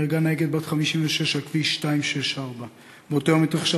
נהרגה נהרגת בת 56 על כביש 264. באותו יום התרחשה